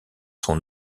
son